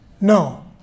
No